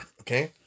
Okay